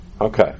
okay